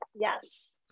Yes